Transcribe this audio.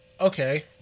okay